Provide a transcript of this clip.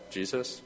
Jesus